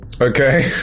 Okay